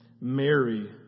Mary